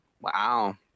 Wow